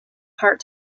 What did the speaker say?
part